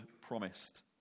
promised